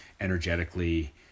energetically